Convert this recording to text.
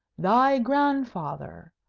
thy grandfather,